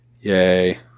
yay